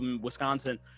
Wisconsin